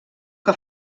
que